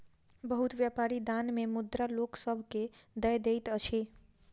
बहुत व्यापारी दान मे मुद्रा लोक सभ के दय दैत अछि